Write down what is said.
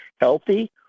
healthy